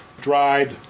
dried